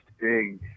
big